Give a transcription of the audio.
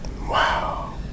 Wow